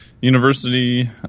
University